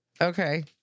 Okay